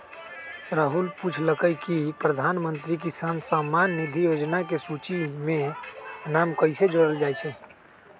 राहुल पूछलकई कि प्रधानमंत्री किसान सम्मान निधि योजना के सूची में नाम कईसे जोरल जाई छई